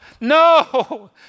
no